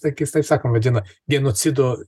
taip keistai sakant vadina genocidu